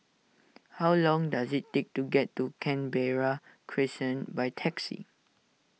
how long does it take to get to Canberra Crescent by taxi